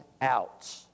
out